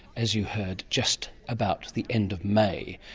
as you heard, just about the end of may,